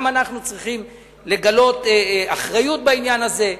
שגם אנחנו צריכים לגלות אחריות בעניין הזה.